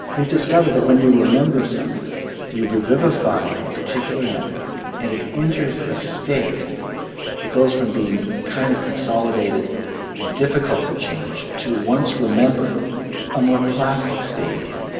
we've discovered that when you remembered something you revivify a particular network and it enters a state it goes from being kind of consolidated and difficult to change to once remembered a more plastic state again.